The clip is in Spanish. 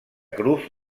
cruz